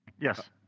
Yes